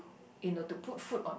you know to put food on